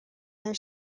their